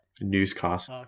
newscast